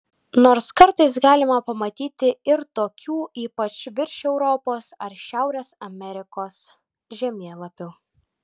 nors kartais galima pamatyti ir tokių ypač virš europos ar šiaurės amerikos žemėlapių